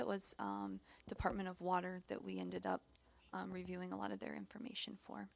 it was department of water that we ended up reviewing a lot of their information for